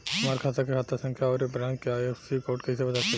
हमार खाता के खाता संख्या आउर ए ब्रांच के आई.एफ.एस.सी कोड कैसे पता चली?